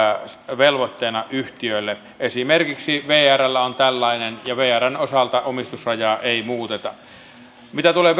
velvoitteena yhtiöille esimerkiksi vrllä on tällainen ja vrn osalta omistusrajaa ei muuteta mitä tulee